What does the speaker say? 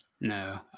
No